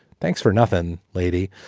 thanks for nothing, lady.